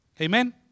Amen